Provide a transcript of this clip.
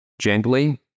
gently